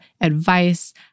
advice